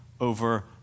over